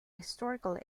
historical